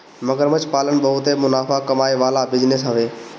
मगरमच्छ पालन बहुते मुनाफा कमाए वाला बिजनेस हवे